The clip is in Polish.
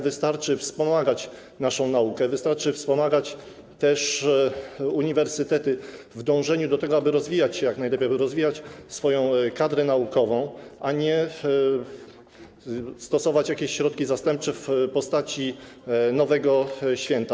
Wystarczy wspomagać naszą naukę, wystarczy wspomagać uniwersytety w dążeniu do tego, aby rozwijały się jak najlepiej, aby rozwijały swoją kadrę naukową, a nie stosować jakichś środków zastępczych w postaci nowego święta.